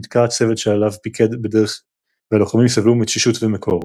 נתקע הצוות שעליו פיקד בדרך והלוחמים סבלו מתשישות ומקור.